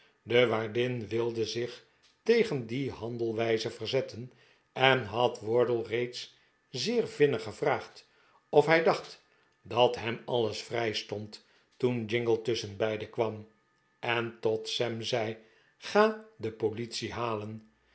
de waardin wilde zich tegen die handelwijze verzetten en had wardle reeds zeer vinnig gevraagd of hij dacht dat hem alles vrijstond toen jingle tusschenbeide kwara en tot sam zei ga de politic halen